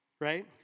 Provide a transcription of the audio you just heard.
right